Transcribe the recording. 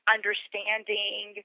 Understanding